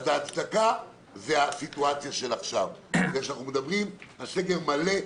אז ההצדקה זו הסיטואציה עכשיו שאנחנו מדברים על סגר מלא,